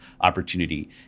opportunity